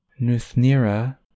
Nuthnira